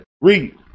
Read